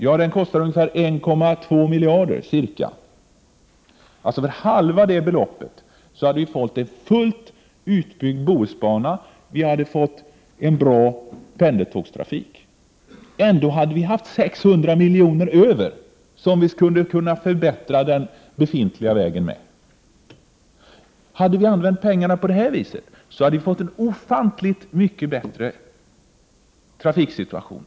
Jo, den kostar ca 1,2 miljarder kronor. För halva den kostnaden hade vi fått en fullt utbyggd Bohusbana, och vi hade fått en bra pendeltågtrafik. Vi hade dessutom fått 600 miljoner över att använda till att förbättra den befintliga vägen. Om vi hade använt pengarna på det här sättet, hade vi fått en ofantligt mycket bättre trafiksituation.